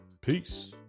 Peace